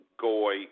Goy